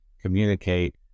communicate